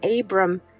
Abram